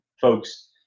folks